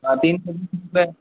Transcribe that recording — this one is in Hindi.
हाँ तीन सौ बीस रुपए